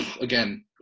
Again